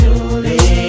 Julie